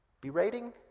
berating